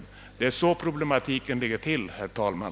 Det är så problemet ligger till, herr talman!